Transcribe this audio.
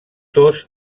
dos